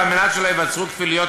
ועל מנת שלא ייווצרו כפילויות,